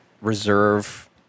reserve